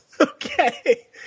Okay